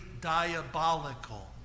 diabolical